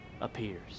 appears